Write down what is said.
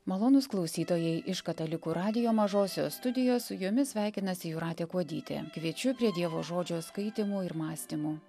malonūs klausytojai iš katalikų radijo mažosios studijos su jumis sveikinasi jūratė kuodytė kviečiu prie dievo žodžio skaitymų ir mąstymų